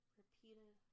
repeated